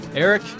Eric